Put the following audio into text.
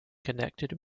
connected